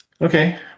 Okay